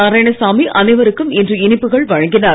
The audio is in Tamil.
நாராயணசாமி அனைவருக்கும் இன்று இனிப்புகள் வழங்கினார்